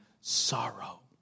sorrow